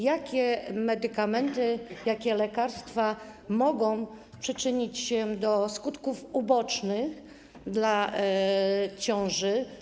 Jakie medykamenty, jakie lekarstwa mogą przyczynić się do skutków ubocznych dla ciąży?